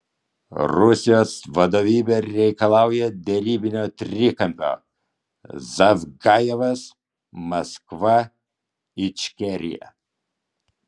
rusijos vadovybė reikalauja derybinio trikampio zavgajevas maskva ičkerija